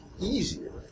easier